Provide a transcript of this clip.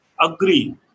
agree